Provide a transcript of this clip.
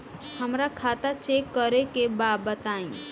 हमरा खाता चेक करे के बा बताई?